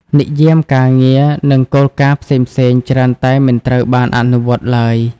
និយាមការងារ និងគោលការណ៍ផ្សេងៗច្រើនតែមិនត្រូវបានអនុវត្តឡើយ។